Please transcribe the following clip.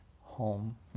home